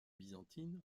byzantines